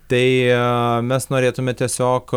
tai mes norėtume tiesiog